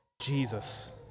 Jesus